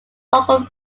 local